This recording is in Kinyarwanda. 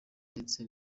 ndetse